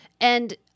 And-